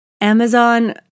Amazon